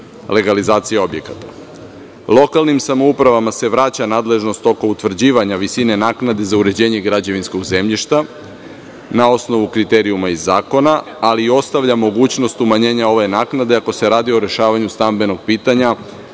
legalizacije objekata. Lokalnim samoupravama se vraća nadležnost oko utvrđivanja visine naknade za uređenje građevinskog zemljišta na osnovu kriterijuma i zakona, ali i ostavlja mogućnost umanjenja ove naknade ako se radi o rešavanju stambenog pitanja